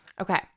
okay